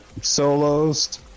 Solos